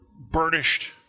burnished